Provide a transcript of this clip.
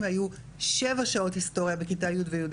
היו שבע שעות היסטוריה בכיתה י' ו-יא'